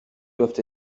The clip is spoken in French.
doivent